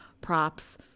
props